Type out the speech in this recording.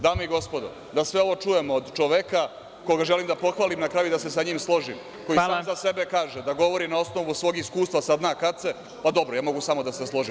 Dame i gospodo, da sve ovo čujem od čoveka koga želim da pohvalim, na kraju da se sa njim složim, koji sam za sebe kaže da govori na osnovu svog iskustva sa dna kace, pa, dobro, ja mogu samo da se složim.